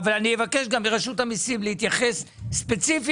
אבל אגף התקציבים מגיש לנו את זה באופן סגור.